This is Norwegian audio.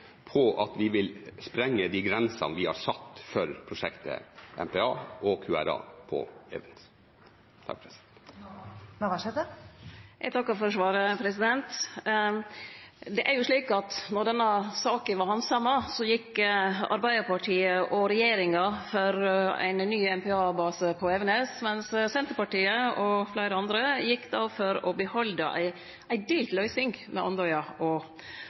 på at vi vil sprenge de grensene vi har satt for prosjektet MPA og QRA på Evenes. Eg takkar for svaret. Då denne saka vart handsama, gjekk Arbeidarpartiet og regjeringa inn for ein ny MPA-base på Evenes, mens Senterpartiet og fleire andre gjekk inn for å behalde ei delt løysing mellom Andøya og